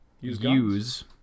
use